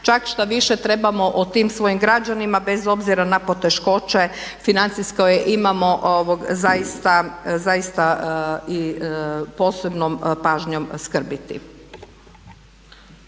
čak štoviše trebamo o tim svojim građanima bez obzira na poteškoće financijske imamo zaista i posebnom pažnjom skrbiti.